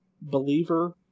Believer